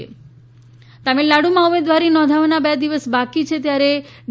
TN જોડાણ તમિલનાડુમાં ઉમેદવારી નોધાવવાના બે દિવસ બાકી છે ત્યારે ડી